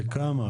לכמה?